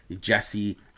Jesse